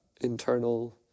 internal